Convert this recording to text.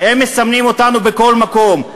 הם מסמנים אותנו בכל מקום,